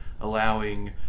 allowing